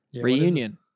reunion